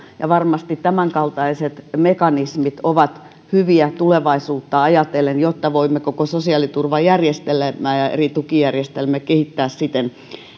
varmasti tämänkaltaiset mekanismit ovat hyviä tulevaisuutta ajatellen jotta voimme koko sosiaaliturvajärjestelmää ja eri tukijärjestelmiä kehittää siten